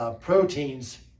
proteins